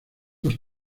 los